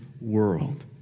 world